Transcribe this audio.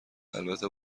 البته